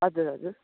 हजुर हजुर